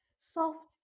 soft